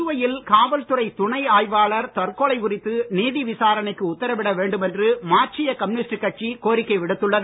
புதுவையில் காவல்துறை துணை ஆய்வாளர் தற்கொலை குறித்து நீதி விசாரணைக்கு உத்தரவிட வேண்டுமென்று மார்க்சீய கம்யூனிஸ்ட் கட்சி கோரிக்கை விடுத்துள்ளது